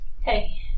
hey